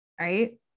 Right